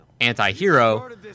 anti-hero